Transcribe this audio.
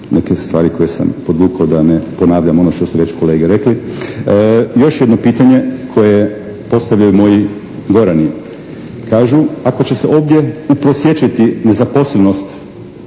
neke stvari koje sam podvukao da ne ponavljam ono što su kolege već rekli. Još jedno pitanje koje postavljaju moji gorani. Kažu, ako će se ovdje uprosječiti nezaposlenost